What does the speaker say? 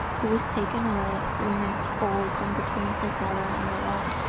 who was taken away at three nights old from between his mother and the wall.